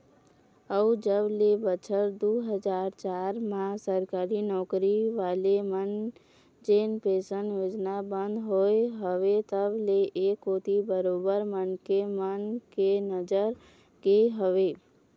अउ जब ले बछर दू हजार चार म सरकारी नौकरी वाले मन के जेन पेंशन योजना बंद होय हवय तब ले ऐ कोती बरोबर मनखे मन के नजर गे हवय